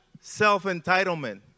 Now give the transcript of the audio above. self-entitlement